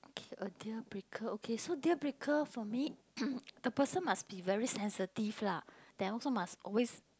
a deal breaker okay so deal breaker for me the person must be very sensitive lah then also must always